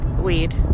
weed